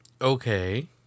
Okay